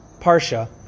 Parsha